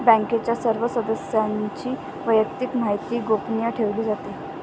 बँकेच्या सर्व सदस्यांची वैयक्तिक माहिती गोपनीय ठेवली जाते